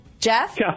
jeff